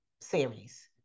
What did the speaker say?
series